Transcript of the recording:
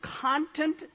content